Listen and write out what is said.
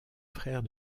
frère